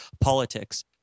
politics